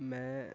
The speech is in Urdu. میں